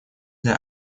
для